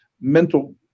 mental